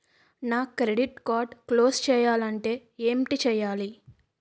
నా credit card close చేయాలంటే ఏంటి చేయాలి?